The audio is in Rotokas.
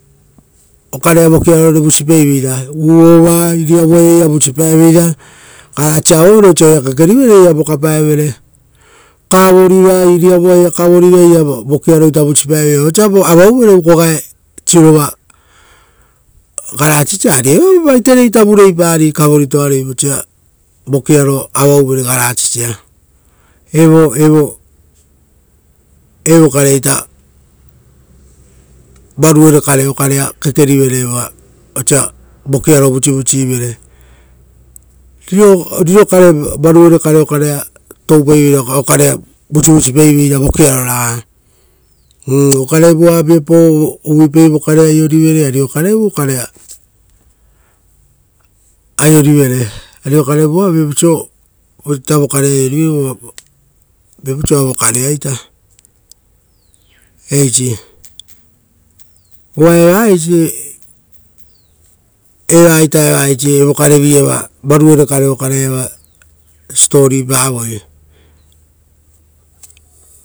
Okarea vokiaro vusipaiveira, iriavua u-ova iria vusipaeveira, vosa sisirosia avauvere ra oira kekerivere osa vokapaevere, iriavua kavoriva iria vokiaroita vusipaeveira, vosa voavauita uuko gae sirova ra evoa vaiterei vureipari kavoritoarei vosa vokiaro avauvere sisirosia. Uva evokare okarea kekerivere varuere kare osia vusivusivere.